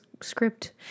script